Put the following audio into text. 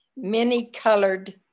many-colored